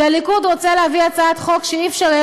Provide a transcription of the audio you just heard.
כי הליכוד רוצה להביא הצעת חוק שאי-אפשר יהיה